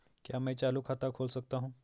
क्या मैं चालू खाता खोल सकता हूँ?